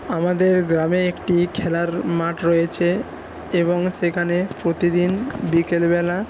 আমাদের গ্রামে একটি খেলার মাঠ রয়েছে এবং সেখানে প্রতিদিন বিকেলবেলা